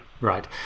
Right